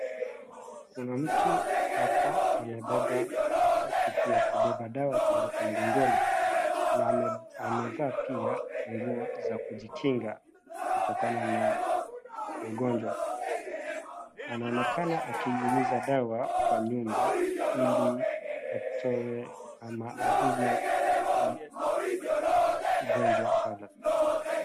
Kuna mtu hapo amebeba kitu ya kubeba dawa pale kwa mgongoni, na ame, amevaa pia nguo za kujikinga kutokana na ugonjwa. Anaonekana akinyunyiza dawa kwa nyumba ili atoe ama aue ugonjwa pale.